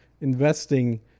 investing